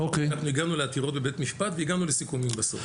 אנחנו הגענו לעתירות בבית משפט והגענו לסיכומים בסוף.